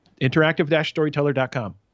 interactive-storyteller.com